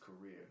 career